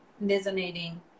resonating